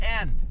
end